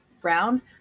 Brown